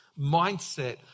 mindset